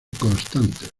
constantes